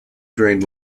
drained